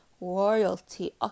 royalty